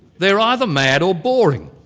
they're either mad or boring.